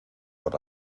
por